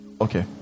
Okay